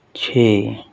ਛੇ